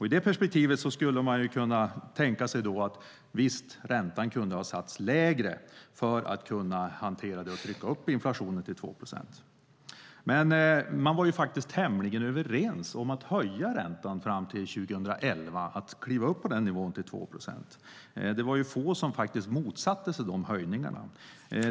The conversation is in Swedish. I det perspektivet skulle man kunna tänka sig att räntan kunde ha satts lägre för att kunna hantera det och trycka upp inflationen till 2 procent. Men man var tämligen överens om att höja räntan fram till 2011, att kliva upp till nivån 2 procent. Det var få som motsatte sig de höjningarna.